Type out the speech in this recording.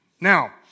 Now